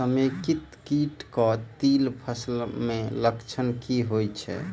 समेकित कीट केँ तिल फसल मे लक्षण की होइ छै?